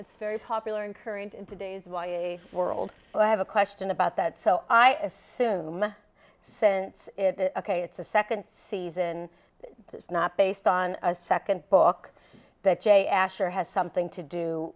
it's very popular and current in today's was a world i have a question about that so i assume since ok it's the second season it's not based on a second book that jay asher has something to do